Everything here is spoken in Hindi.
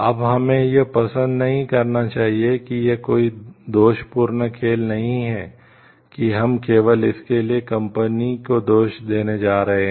अब हमें यह पसंद नहीं करना चाहिए कि यह कोई दोषपूर्ण खेल नहीं है कि हम केवल इसके लिए कंपनी को दोष देने जा रहे हैं